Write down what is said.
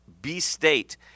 B-State